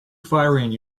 firing